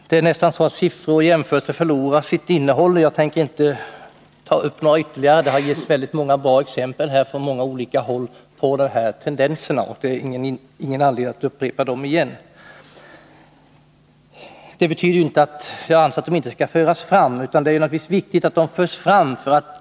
Det är nästan så att siffror och jämförelser förlorar sitt innehåll. Jag tänker inte ta upp några ytterligare exempel — det har getts många bra exempel från många olika håll på dessa tendenser. Det finns ingen anledning att upprepa dem igen. Det betyder inte att jag anser att dessa siffror och exempel inte skall föras fram. Det är naturligtvis viktigt att så sker.